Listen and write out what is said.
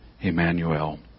Emmanuel